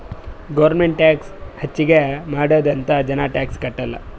government tax ಹೆಚ್ಚಿಗ್ ಮಾಡ್ಯಾದ್ ಅಂತ್ ಜನ ಟ್ಯಾಕ್ಸ್ ಕಟ್ಟಲ್